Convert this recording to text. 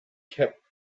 kept